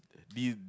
lean